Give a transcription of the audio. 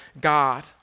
God